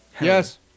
Yes